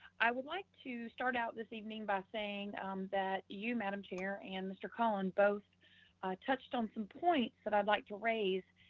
i would like to start out this evening by saying that you, madam chair, and mr. collins, both touched on some points that i'd like to raise